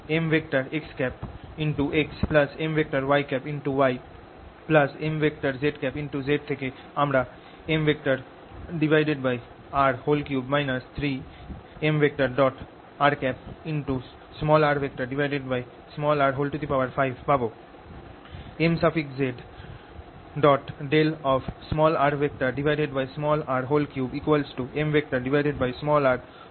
xmyymzz থেকে আমরা mr3 rr5 পাব